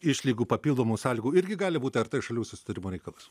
išlygų papildomų sąlygų irgi gali būti ar tai šalių susitarimo reikalas